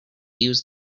use